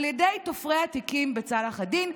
על ידי תופרי התיקים בצלאח א-דין,